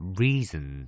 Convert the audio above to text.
reason